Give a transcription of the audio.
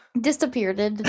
disappeared